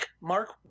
Mark